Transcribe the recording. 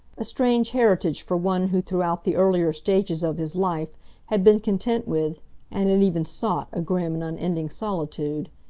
a strange heritage for one who throughout the earlier stages of his life had been content with and had even sought a grim and unending solitude.